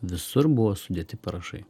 visur buvo sudėti parašai